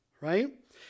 right